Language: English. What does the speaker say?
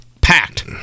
packed